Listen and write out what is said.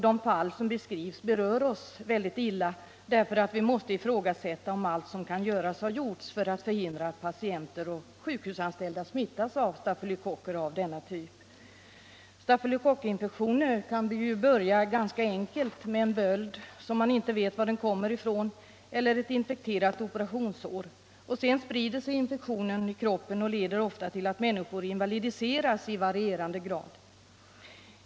De fall som beskrivs berör oss väldigt illa, därför att vi måste ifrågasätta om allt som kan göras har gjorts för att förhindra att patienter och sjukhusanställda smittas av stafylokocker av denna typ. Stafylokockinfektioner kan börja ganska enkelt med en böld, som man inte vet orsaken till, eller ett infekterat operationssår. Sedan sprider sig infektionen i kroppen och leder ofta till att människor invalidiseras i varierande grad.